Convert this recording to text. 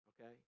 Okay